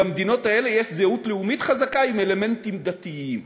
במדינות האלה יש זהות לאומית חזקה עם אלמנטים דתיים.